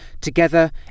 Together